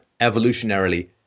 evolutionarily